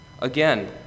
Again